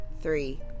Three